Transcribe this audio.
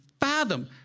fathom